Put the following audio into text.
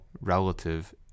relative